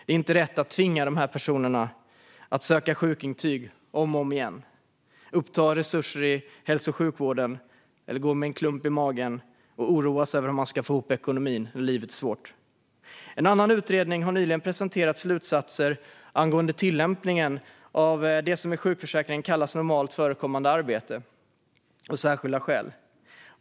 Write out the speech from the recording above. Det är inte rätt att tvinga dessa personer att söka sjukintyg om och om igen, uppta resurser i hälso och sjukvården eller gå med en klump i magen av oro för hur man ska få ihop ekonomin när livet är svårt. En annan utredning har nyligen presenterat slutsatser angående tillämpningen av det som i sjukförsäkringen kallas normalt förekommande arbete och särskilda skäl.